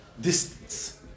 distance